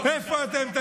איפה אתם,